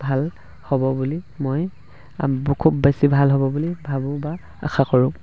ভাল হ'ব বুলি মই খুব বেছি ভাল হ'ব বুলি ভাবোঁ বা আশা কৰোঁ